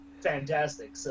fantastic